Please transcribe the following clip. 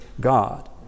God